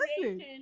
listen